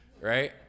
right